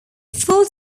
full